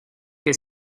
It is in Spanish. que